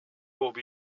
bob